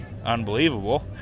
unbelievable